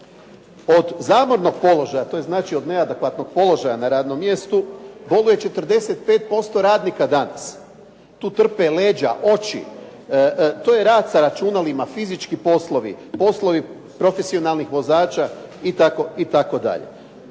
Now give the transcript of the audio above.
razumije./ … položaja, to je znači od neadekvatnog položaja na radnom mjestu boluje 45% radnika danas. Tu trpe leđa, oči, to je rad sa računalima, fizički poslovi, poslovi profesionalnih vozača itd.